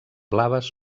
blaves